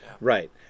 Right